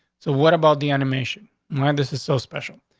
so what about the animation when this is so special?